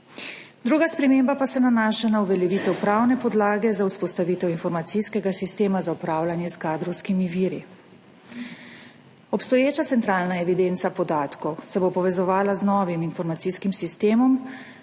Druga sprememba pa se nanaša na uveljavitev pravne podlage za vzpostavitev informacijskega sistema za upravljanje s kadrovskimi viri. Obstoječa centralna evidenca podatkov se bo povezovala z novim informacijskim sistemom